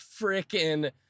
freaking